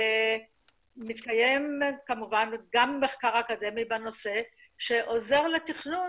מתקיים כמובן גם מחקר אקדמי בנושא, שעוזר לתכנון